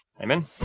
Amen